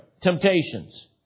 temptations